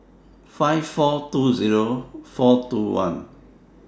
five million four hundred and twenty thousand four hundred and twenty one